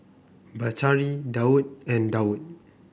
Batari Daud and Daud